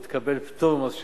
היא תקבל פטור ממס שבח,